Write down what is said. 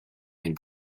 and